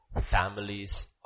families